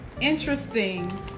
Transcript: interesting